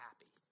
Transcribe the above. happy